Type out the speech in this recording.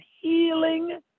healing